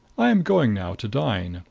i am going now to dine.